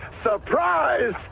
Surprise